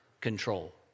control